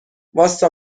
واستا